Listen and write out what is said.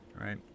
Right